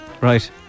right